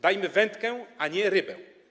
Dajmy wędkę, a nie rybę.